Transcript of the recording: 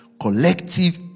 collective